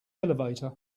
elevator